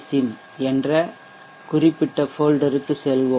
சிம்என்ற குறிப்பிட்ட ஃபோல்டருக்கு செல்லலாம்